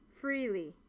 freely